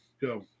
go